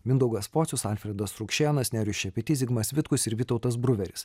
mindaugas pocius alfredas rukšėnas nerijus šepetys zigmas vitkus ir vytautas bruveris